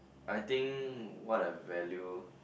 I think what I value